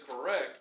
correct